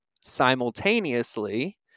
Simultaneously